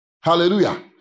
Hallelujah